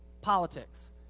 politics